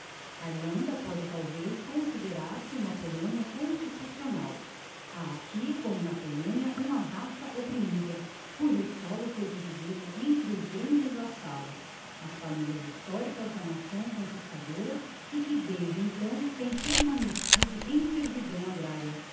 a irlanda póde talvez considerar se uma polonia constitucional ha aqui como na polonia uma raça opprimida cujo solo foi dividido entre os grandes vassalos as familias historicas da nação conquistadora e que desde então tem permanecido em servidão agraria